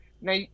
now